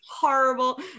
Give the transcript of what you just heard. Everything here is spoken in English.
horrible